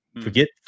Forget